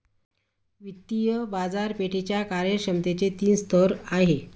वित्तीय बाजारपेठेच्या कार्यक्षमतेचे तीन स्तर आहेत